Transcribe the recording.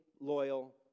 loyal